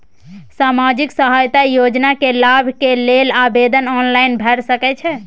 सामाजिक सहायता योजना के लाभ के लेल आवेदन ऑनलाइन भ सकै छै?